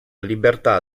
libertà